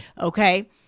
okay